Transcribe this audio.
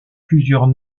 plusieurs